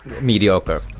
mediocre